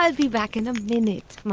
ah be back in a minute,